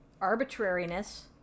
arbitrariness